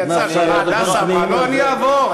אני אעבור.